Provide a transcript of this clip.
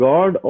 God